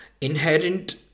inherent